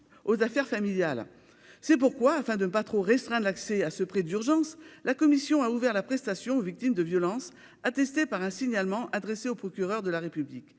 aux affaires familiales. C'est pourquoi, afin de ne pas trop restreindre l'accès à ce prêt d'urgence, la commission a ouvert la prestation aux victimes de violences attestées par un signalement adressé au procureur de la République.